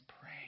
pray